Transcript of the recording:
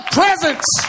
presence